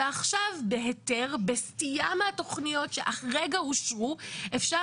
ועכשיו בסטייה מהתוכניות שהרגע אושרו אפשר